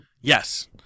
Yes